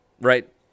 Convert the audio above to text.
right